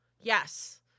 yes